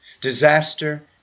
Disaster